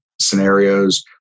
scenarios